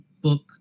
book